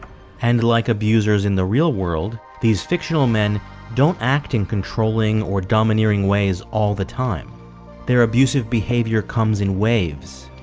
and like abusers in the real world these fictional men don't act in controlling or domineering ways all the time their abusive behavior comes in waves,